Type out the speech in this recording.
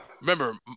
Remember